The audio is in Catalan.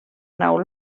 nau